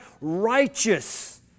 righteous